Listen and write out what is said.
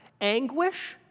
anguish